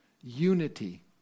unity